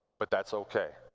but that's okay.